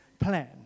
plan